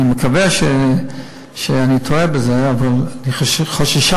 אני מקווה שאני טועה בזה, אבל חוששני